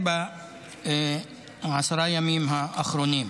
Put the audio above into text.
בעשרת הימים האחרונים".